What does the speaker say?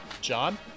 John